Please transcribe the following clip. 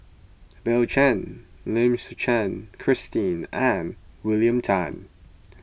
Bill Chen Lim Suchen Christine and William Tan